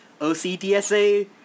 OCDSA